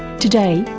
today,